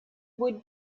would